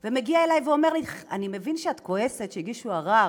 הוא מגיע אלי ואומר לי: אני מבין שאת כועסת שהגישו ערר